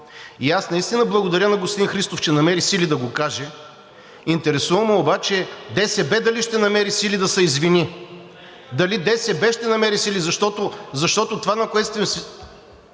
Аз наистина благодаря на господин Христов, че намери сили да го каже. Интересува ме обаче дали ДСБ ще намери сили да се извини, дали ДСБ ще намери сили, защото това, на което…